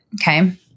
Okay